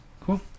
Cool